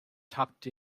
tucked